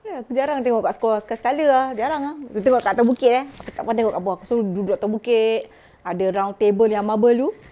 ya aku jarang tengok kat sekolah sekali sekala ah jarang ah kita tengok kat atas bukit eh tak nak tengok kat bawah so duduk atas bukit ada round table yang marble itu